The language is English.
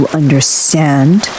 understand